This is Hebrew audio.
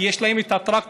כי יש להם את הטרקטורים,